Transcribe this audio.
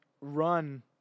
run